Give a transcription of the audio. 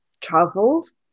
travels